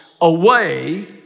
away